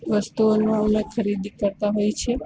વસ્તુઓનો અમે ખરીદી કરતાં હોઈએ છીએ